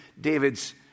David's